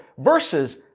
versus